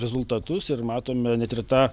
rezultatus ir matome net ir tą